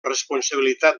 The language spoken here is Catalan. responsabilitat